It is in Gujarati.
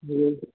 હમ